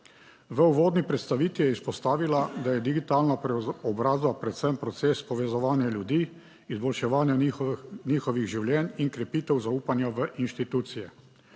V uvodni predstavitvi je izpostavila, da je digitalna preobrazba predvsem proces povezovanja ljudi, izboljševanja njihovih življenj in krepitev zaupanja v institucije.